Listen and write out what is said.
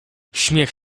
śmiech